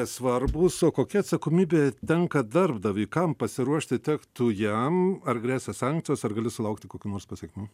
svarbūs o kokia atsakomybė tenka darbdaviui kam pasiruošti tektų jam ar gresia sankcijos ar galiu sulaukti kokių nors pasekmių